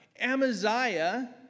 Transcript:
Amaziah